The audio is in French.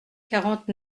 quarante